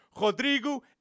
Rodrigo